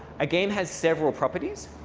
again, has several properties.